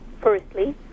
firstly